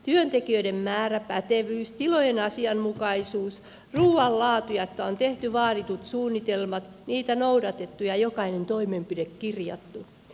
työntekijöiden määrä pätevyys tilojen asianmukaisuus ruuan laatu ja se että on tehty vaaditut suunnitelmat niitä noudatettu ja jokainen toimenpide kirjattu